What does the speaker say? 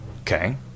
Okay